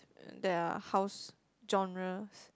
uh their house genres